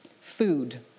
food